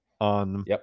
on